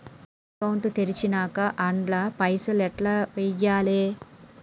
Account తెరిచినాక అండ్ల పైసల్ ఎట్ల వేయాలే?